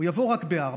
הוא יבוא רק ב-16:00.